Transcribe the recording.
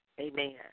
amen